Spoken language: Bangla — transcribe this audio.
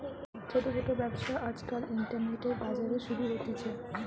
ছোট ছোট ব্যবসা আজকাল ইন্টারনেটে, বাজারে শুরু হতিছে